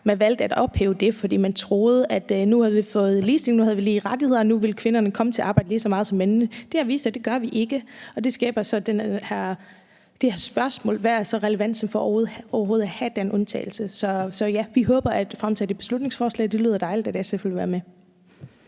Man valgte at ophæve det, fordi man troede, at nu havde vi fået ligestilling, at nu havde vi lige rettigheder, og at nu ville kvinderne komme til at arbejde lige så meget som mændene. Det har vist sig, at det gør vi ikke, og det skaber det her spørgsmål om, hvad relevansen så er for overhovedet at have den undtagelse. Så ja, vi håber at fremsætte et beslutningsforslag – det lyder dejligt, at SF vil være med.